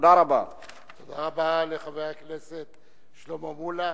תודה רבה לחבר הכנסת שלמה מולה.